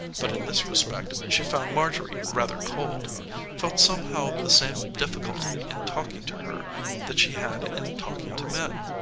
but in this respect she found marjorie rather cold felt somehow the same difficulty in talking to her that she had in talking to men.